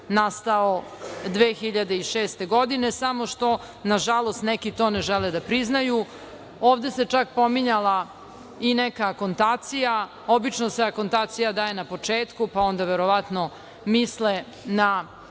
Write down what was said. nastao 2006. godine, samo što, nažalost, neki to ne žele da priznaju. Ovde se čak pominjala i neka akontacija. Obično se akontacija daje na početku, pa, onda verovatno misle na